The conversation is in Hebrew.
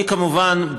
כמובן,